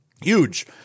huge